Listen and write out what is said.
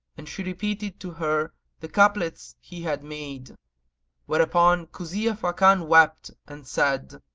and she repeated to her the couplets he had made whereupon kuzia fakan wept and said,